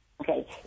Okay